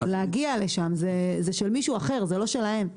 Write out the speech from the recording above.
להגיע לשם, זה של מישהו אחר, זה לא שלהם.